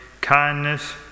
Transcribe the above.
kindness